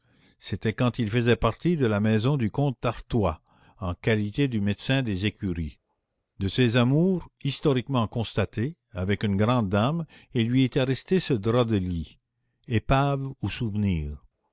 c'était quand il faisait partie de la maison du comte d'artois en qualité de médecin des écuries de ces amours historiquement constatés avec une grande dame il lui était resté ce drap de lit épave ou souvenir